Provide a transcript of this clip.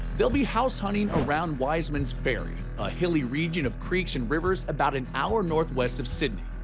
they'll be house hunting around wisemans ferry, a hilly region of creeks and rivers about an hour northwest of sydney.